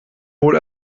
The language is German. wohl